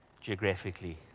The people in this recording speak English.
geographically